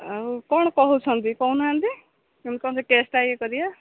ଆଉ କ'ଣ କହୁଛନ୍ତି କହୁ ନାହାନ୍ତି କେମିତି କ'ଣ କେସଟା ଇଏ କରିବା